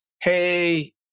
hey